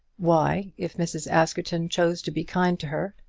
why, if mrs. askerton chose to be kind to her,